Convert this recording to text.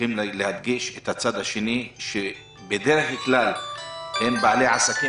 צריכים להדגיש את הצד שבדרך כלל הם בעלי עסקים